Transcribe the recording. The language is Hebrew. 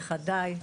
נכדיי,